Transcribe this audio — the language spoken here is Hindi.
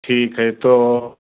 ठीक है तो